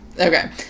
Okay